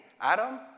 Adam